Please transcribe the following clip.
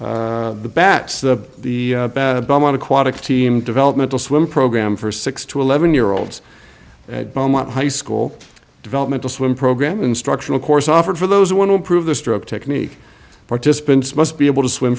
of the bad belmont aquatic team developmental swim program for six to eleven year olds and belmont high school developmental swim program instructional course offered for those who want to improve the stroke technique participants must be able to swim